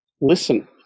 listen